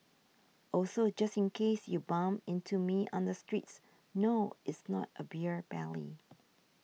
also just in case you bump into me on the streets no it's not a beer belly